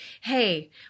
hey